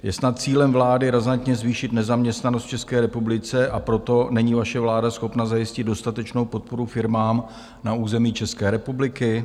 Je snad cílem vlády razantně zvýšit nezaměstnanost v České republice, a proto není vaše vláda schopna zajistit dostatečnou podporu firmám na území České republiky?